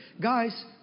Guys